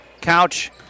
Couch